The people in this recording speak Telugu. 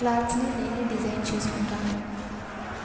క్లాత్స్ని నేనే డిజైన్ చేసుకుంటాను